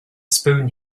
spoon